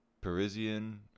Parisian